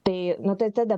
tai nu tai tada